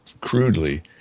crudely